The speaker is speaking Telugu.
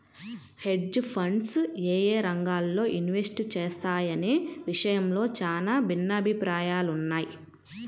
హెడ్జ్ ఫండ్స్ యేయే రంగాల్లో ఇన్వెస్ట్ చేస్తాయనే విషయంలో చానా భిన్నాభిప్రాయాలున్నయ్